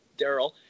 Daryl